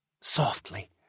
softly